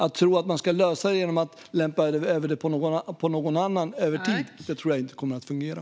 Att försöka lösa det genom att lämpa över det på någon annan över tid tror jag inte kommer att fungera.